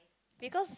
because